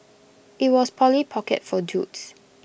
IT was Polly pocket for dudes